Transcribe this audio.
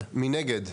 1 נגד,